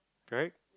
correct